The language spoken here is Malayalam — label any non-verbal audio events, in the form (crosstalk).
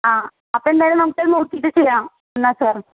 ആ അപ്പോൾ എന്തായാലും നമുക്കത് നോക്കീട്ട് ചെയ്യാം (unintelligible) സാർ